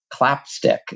clapstick